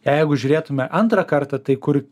jeigu žiūrėtume antrą kartą tai kur